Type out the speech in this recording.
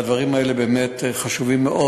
הדברים האלה באמת חשובים מאוד.